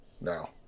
now